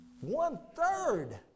One-third